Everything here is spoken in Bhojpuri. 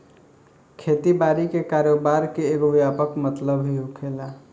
खेती बारी के कारोबार के एगो व्यापक मतलब भी होला